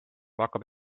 hakkab